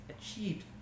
achieved